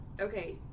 Okay